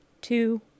two